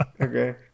Okay